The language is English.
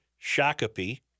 Shakopee